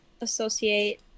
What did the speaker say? associate